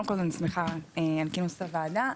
קודם כל אני שמחה על כינוס הוועדה.